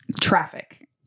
traffic